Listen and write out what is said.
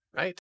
right